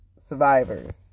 Survivors